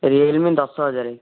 Realme ଦଶହଜାର